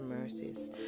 mercies